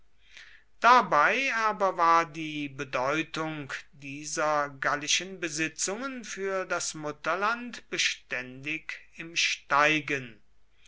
dabei aber war die bedeutung dieser gallischen besitzungen für das mutterland beständig im steigen